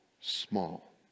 small